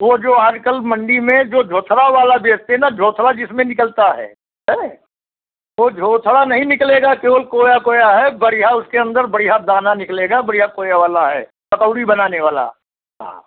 वो जो आज कल मंडी में जो झोंतरा वाला बेचते ना झोंतरा जिसमें निकलता है है वो झोंतरा नहीं निकलेगा केवल कोया कोया है बढ़िया उसके अंदर बढ़िया दाना निकलेगा बढ़िया कोया वाला है पकउड़ी बनाने वाला हाँ